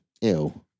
Ew